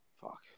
Fuck